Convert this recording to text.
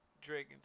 drake